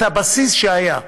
את הבסיס שהיה.